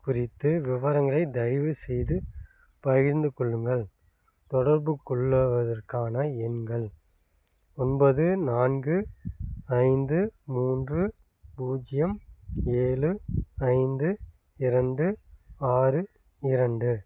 குறித்து விவரங்களை தயவுசெய்து பகிர்ந்து கொள்ளுங்கள் தொடர்புகொள்ளுவதற்கான எண்கள் ஒன்பது நான்கு ஐந்து மூன்று பூஜ்ஜியம் ஏழு ஐந்து இரண்டு ஆறு இரண்டு